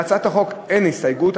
להצעת החוק אין הסתייגויות.